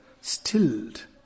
stilled